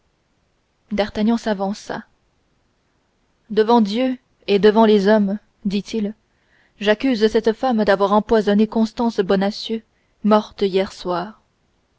s'avança devant dieu et devant les hommes dit-il j'accuse cette femme d'avoir empoisonné constance bonacieux morte hier soir